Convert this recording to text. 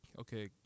okay